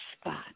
spot